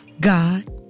God